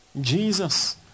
Jesus